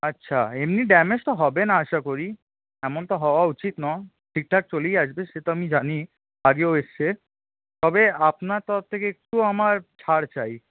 আচ্ছা এমনি ড্যামেজ তো হবে না আশা করি এমন তো হওয়া উচিত নয় ঠিকঠাক চলেই আসবে সে তো আমি জানি আগেও এসেছে তবে আপনার তরফ থেকে একটু আমার ছাড় চাই